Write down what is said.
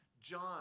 John